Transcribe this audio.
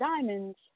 diamonds